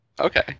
Okay